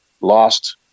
lost